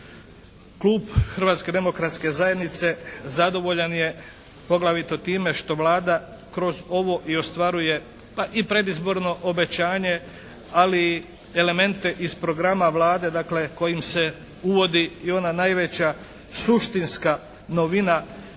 Klub Hrvatske demokratske zajednice zadovoljan je poglavito time što Vlada kroz ovo i ostvaruje pa i predizborno obećanje ali i elemente iz programa Vlade dakle kojim se uvodi i ona najveća suštinska novina kod